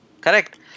Correct